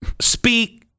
speak